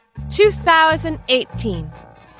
2018